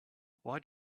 why